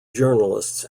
journalists